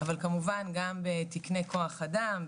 אבל כמובן גם בתקני כוח אדם,